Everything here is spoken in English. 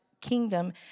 kingdom